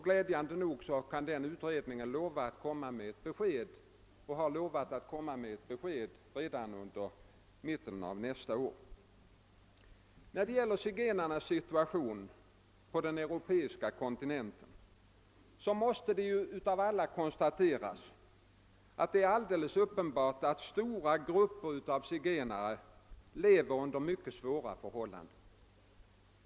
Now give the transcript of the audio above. Glädjande nog har den utredningen lovat att framlägga sitt betänkande redan vid mitten av nästa år. När det gäller zigenarnas situation på den europeiska kontinenten måste ju alla kunna konstatera att stora grupper av zigenare lever under mycket svåra förhållanden.